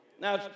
Now